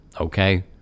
Okay